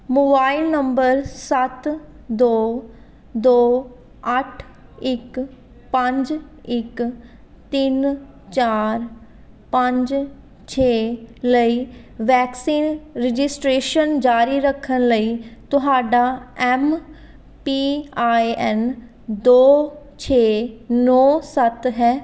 mobile number ਸੱਤ ਦੋ ਦੋ ਅੱਠ ਇੱਕ ਪੰਜ ਇੱਕ ਤਿੰਨ ਚਾਰ ਪੰਜ ਛੇ ਲਈ ਵੈਕਸੀਨ ਰਜਿਸਟ੍ਰੇਸ਼ਨ ਜਾਰੀ ਰੱਖਣ ਲਈ ਤੁਹਾਡਾ ਐੱਮ ਪੀ ਆਈ ਐੱਨ ਦੋ ਛੇ ਨੌ ਸੱਤ ਹੈ